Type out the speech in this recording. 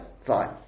Fine